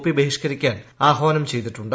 P ബഹിഷ്കരിക്കാൻ ആഹ്വാനം ചെയ്തിട്ടുണ്ട്